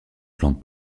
plante